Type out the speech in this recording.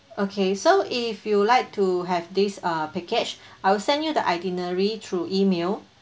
okay so if you'd like to have this uh package I will send you the itinerary through email